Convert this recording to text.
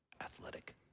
athletic